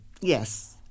Yes